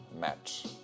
match